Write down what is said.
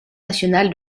nationale